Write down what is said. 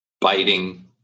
Biting